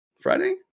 friday